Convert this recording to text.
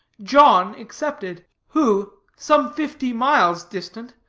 john excepted, who, some fifty miles distant,